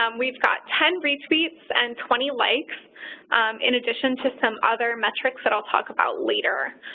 um we've got ten retweets and twenty likes in addition to some other metrics that i'll talk about later.